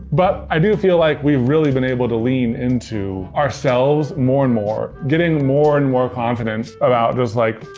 but i do feel like we've really been able to lean into ourselves more and more, getting more and more confident about just like